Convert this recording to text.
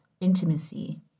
intimacy